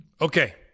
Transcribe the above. Okay